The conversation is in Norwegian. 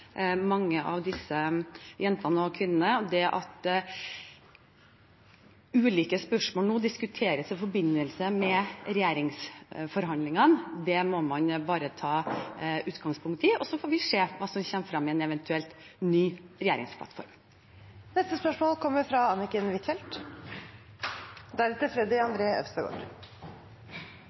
mange av disse jentene og kvinnene. Det at ulike spørsmål nå diskuteres i forbindelse med regjeringsforhandlingene, må man bare ta utgangspunkt i, og så får vi se hva som kommer frem i en eventuell ny regjeringsplattform. Det blir oppfølgingsspørsmål – først Anniken Huitfeldt.